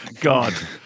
God